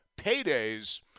paydays